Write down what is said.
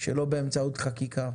שלא באמצעות חקיקה.